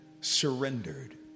surrendered